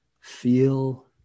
feel